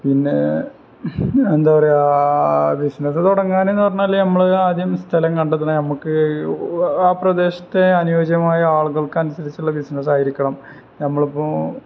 പിന്നേ എന്താ പറയുക ബിസ്നസ്സ് തുടങ്ങാനെന്ന് പറഞ്ഞാല് നമ്മള് ആദ്യം സ്ഥലം കണ്ടെത്തണം നമുക്ക് ആ പ്രദേശത്തെ അനുയോജ്യമായ ആളുകൾക്ക് അനുസരിച്ചുള്ള ബിസിനസ്സായിരിക്കണം നമ്മളിപ്പോള്